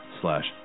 slash